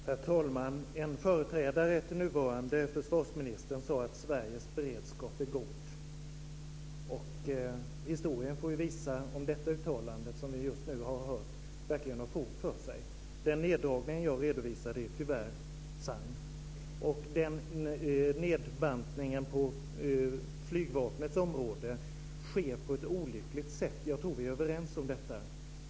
Herr talman! En företrädare till nuvarande försvarsministern sade att Sveriges beredskap är god. Historien får visa om det uttalande som vi just har hört verkligen har fog för sig. Den neddragning som jag redovisade är tyvärr sann. Nedbantningen på flygvapnets område sker på ett olyckligt sätt; jag tror att vi är överens om detta.